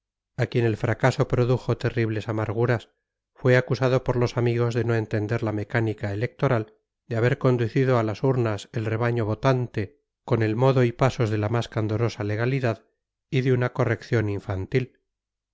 a quien el fracaso produjo terribles amarguras fue acusado por los amigos de no entender la mecánica electoral de haber conducido a las urnas el rebaño votante con el modo y pasos de la más candorosa legalidad y de una corrección infantil